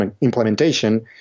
implementation